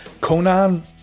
Conan